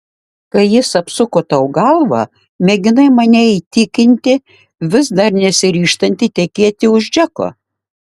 kai jis apsuko tau galvą mėginai mane įtikinti vis dar nesiryžtanti tekėti už džeko